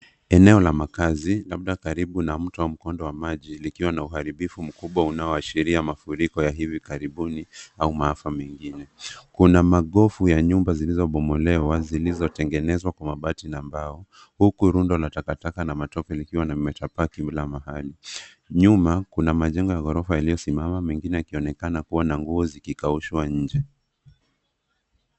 Eneo la makazi, labda karibu na mto wa mkondo wa maji, likiwa na uharibifu mkubwa unaoashiria mafuriko ya hivi karibuni au maafa mengine. Kuna magofu ya nyumba zilizobomolewa, zilizotengenezwa kwa mabati na mbao. Huku rundo la takataka na matope likiwa limetapakaa kila mahali. Nyuma kuna majengo ya ghorofa yaliyosimama, mengine yakionekana kuwa na nguo zikikaushwa nje.